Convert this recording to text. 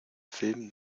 film